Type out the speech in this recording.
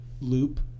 loop